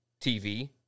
TV